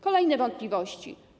Kolejne wątpliwości.